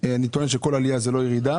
אני טוען שכל עלייה זה לא ירידה,